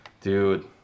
Dude